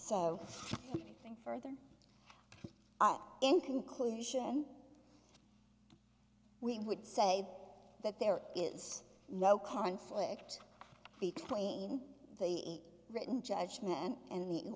i think further in conclusion we would say that there is no conflict between the written judgment and the